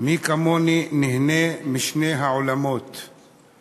מי כמוני נהנה משני העולמות /